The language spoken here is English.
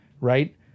right